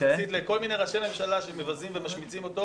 יחסית לכל מיני ראשי ממשלה שמבזים ומשמיצים אותו